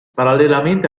parallelamente